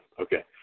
okay